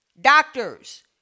doctors